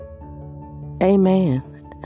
amen